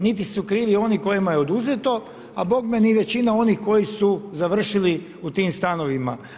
Niti su krivi oni kojima je oduzeti, a bogme ni većina onih koji su završili u tim stanovima.